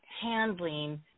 handling